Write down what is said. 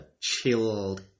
chilled